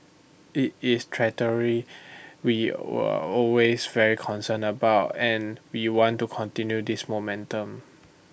IT is trajectory we always very concern about and we want to continue this momentum